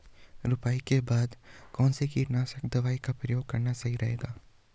रुपाई के बाद कौन सी कीटनाशक दवाई का प्रयोग करना सही रहेगा?